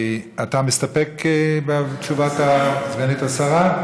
אתה מסתפק בתשובת סגנית השרה?